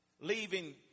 leaving